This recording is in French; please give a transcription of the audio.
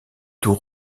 tout